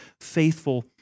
faithful